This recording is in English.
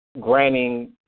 granting